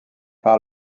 par